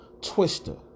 Twister